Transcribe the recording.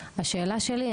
השאלה שלי,